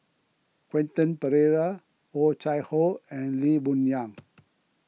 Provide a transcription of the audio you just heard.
Quentin Pereira Oh Chai Hoo and Lee Boon Yang